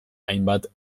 hainbat